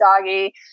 doggy